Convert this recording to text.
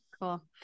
cool